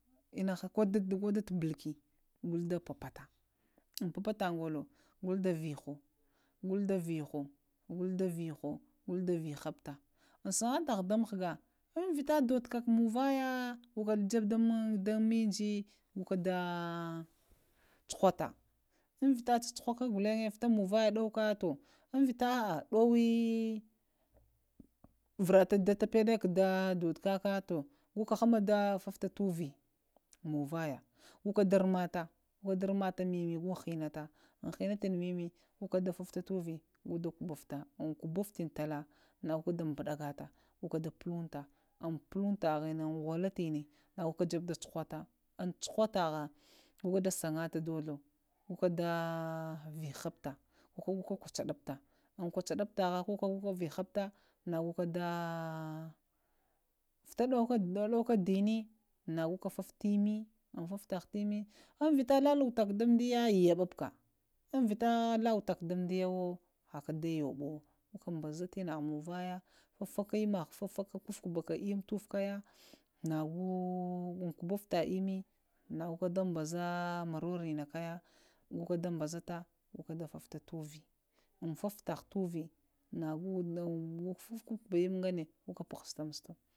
Innaha ko da tubalki papata ŋ papata golo goda viho go da viho go da viho go da viho go da vəhafta, an sagata golo ŋ vita dodoka manvaya go ka jebe ka danr inji go ka da cuhata, ŋ vita cucuhaka golenge vita munvaye ɗoyoka to vita ɗowayə varata dahda ŋ duda kaka goka hama da futaka uvu munvaga goka dara mata məmə hənata məmə goda kuɓufta, ƙ uɓuftini da puɗakatan, ŋ pulataghənə goka holata, ŋ holotunə, go cuhata ŋ cuhataha goka dasagata goka da pupta, goka də ƙucufta, goka da vihufta nago ka da data, vita ɗowo ka dənə nagoka fafuka timi ma umata dimdiya warka ɓazuka tinaha muva yayo fafaka lmmə hava na go ŋ kuɓufta imməyana goka ɗaɓazata mororena kaya goka da ɓazata warke da fafuka tumukə an fafataka muvə nago luŋ wa əmmə ngane na go da tafasufta ammə.